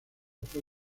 fue